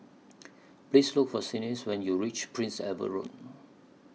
Please Look For when YOU REACH Prince Edward Road